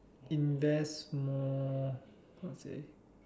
invest more how to say